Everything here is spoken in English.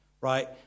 right